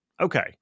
Okay